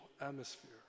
atmosphere